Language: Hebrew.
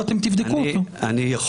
ואתם תבדקו אותו --- אני יכול,